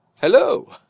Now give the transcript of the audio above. hello